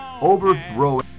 Overthrowing